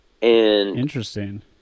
Interesting